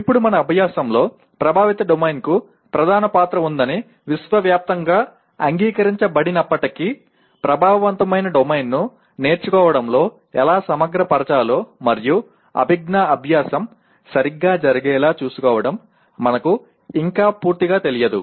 ఇప్పుడు మన అభ్యాసంలో ప్రభావిత డొమైన్కు ప్రధాన పాత్ర ఉందని విశ్వవ్యాప్తంగా అంగీకరించబడినప్పటికీ ప్రభావవంతమైన డొమైన్ను నేర్చుకోవడంలో ఎలా సమగ్రపరచాలో మరియు అభిజ్ఞా అభ్యాసం సరిగ్గా జరిగేలా చూసుకోవడం మనకు ఇంకా పూర్తిగా తెలియదు